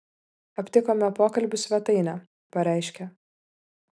aptikome pokalbių svetainę pareiškė